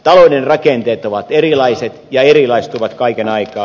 talouden rakenteet ovat erilaiset ja erilaistuvat kaiken aikaa